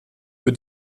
für